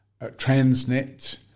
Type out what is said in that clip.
Transnet